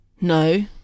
no